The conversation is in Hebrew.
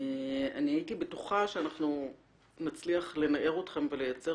אני הייתי בטוחה שאנחנו נצליח לנער אתכם ולייצר